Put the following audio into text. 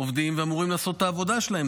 עובדים ואמורים לעשות את העבודה שלהם.